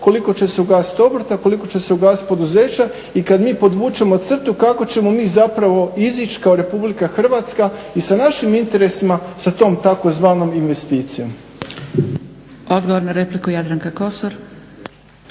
koliko će se ugasiti obrta, koliko će se ugasiti poduzeća. I kada mi podvučemo crtu kako ćemo mi izaći kao RH i sa našim interesima sa tom tzv. investicijom.